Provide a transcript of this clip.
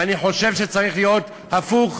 ואני חושב שצריך להיות הפוך.